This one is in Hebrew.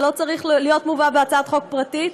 זה לא צריך להיות מובא בהצעת חוק פרטית,